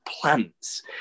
plants